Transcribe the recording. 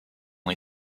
ont